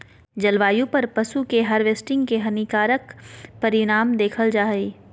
जलवायु पर पशु के हार्वेस्टिंग के हानिकारक परिणाम देखल जा हइ